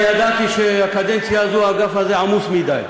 אני ידעתי שבקדנציה הזו, האגף הזה עמוס מדי.